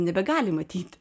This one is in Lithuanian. nebegali matyti